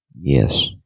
Yes